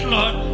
Lord